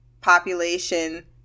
population